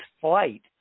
flight